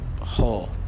whole